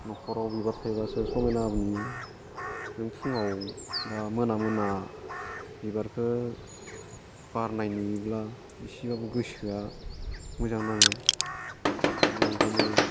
न'खराव बिबार थायोब्लासो समायना नुयो जों फुङाव बा मोना मोना बिबारखो बारनाय नुयोब्ला एसेब्लाबो गोसोआ मोजां नाङो बिनिखायनो